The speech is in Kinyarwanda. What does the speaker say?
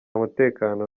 mutekano